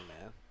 man